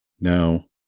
Now